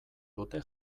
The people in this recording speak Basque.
dute